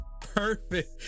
Perfect